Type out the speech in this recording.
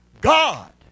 God